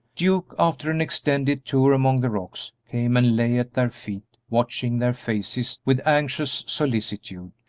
duke, after an extended tour among the rocks, came and lay at their feet, watching their faces with anxious solicitude,